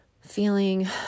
feeling